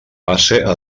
base